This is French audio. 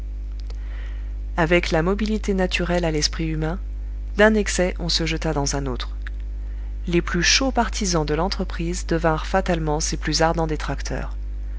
avec la mobilité naturelle à l'esprit humain d'un excès on se jeta dans un autre les plus chauds partisans de l'entreprise devinrent fatalement ses plus ardents détracteurs